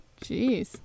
Jeez